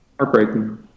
Heartbreaking